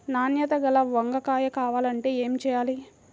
నాణ్యత గల వంగ కాయ కావాలంటే ఏమి చెయ్యాలి?